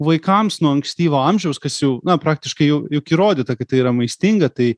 vaikams nuo ankstyvo amžiaus kas jau na praktiškai jau juk įrodyta kad tai yra maistinga tai